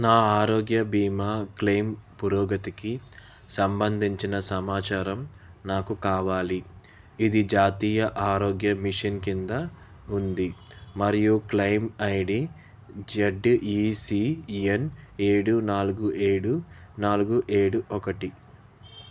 నా ఆరోగ్య బీమా క్లెయిమ్ పురోగతికి సంబంధించిన సమాచారం నాకు కావాలి ఇది జాతీయ ఆరోగ్య మిషన్ కింద ఉంది మరియు claim I D Z E C N ఏడు నాలుగు ఏడు నాలుగు ఏడు ఒకటి